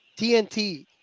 TNT